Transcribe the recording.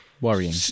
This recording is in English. Worrying